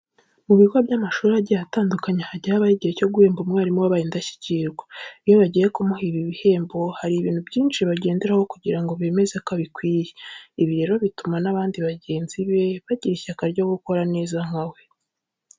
Mu bigo by'amashuri agiye atandukanye hajya habaho igihe cyo guhemba umwarimu wabaye indashyikirwa. Iyo bagiye kumuha, ibi bihembo hari ibintu byinshi bagenderaho kugira ngo bemeze ko abikwiye. Ibi rero bituma n'abandi bagenzi be bagira ishyaka ryo gukora neza nka we.